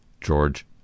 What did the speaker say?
George